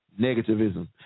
negativism